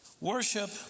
Worship